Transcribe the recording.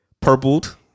purpled